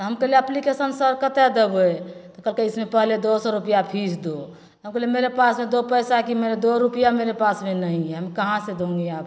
तऽ हम कहलिए एप्लिकेशन सर कतए देबै तऽ कहलकै इसमें पहले दो सौ रुपया फीस दो हम कहलिए मेरे पास दो पैसा कि मेरे कि दो रुपया मेरे पास में नहीं है हम कहाँ से दूंगी आपको